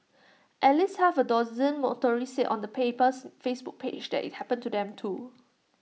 at least half A dozen motorists said on the paper's Facebook page that IT happened to them too